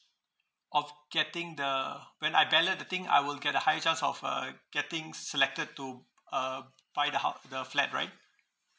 of getting the when I ballot the thing I will get a high chance of uh getting selected to uh buy the house the flat right